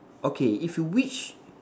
okay if you wish